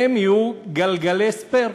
הם יהיו גלגלי ספייר.